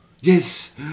Yes